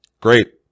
Great